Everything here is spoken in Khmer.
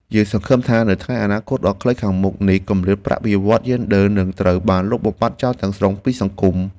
យើងសង្ឃឹមថានៅថ្ងៃអនាគតដ៏ខ្លីខាងមុខនេះគម្លាតប្រាក់បៀវត្សរ៍យេនឌ័រនឹងត្រូវបានលុបបំបាត់ចោលទាំងស្រុងពីសង្គម។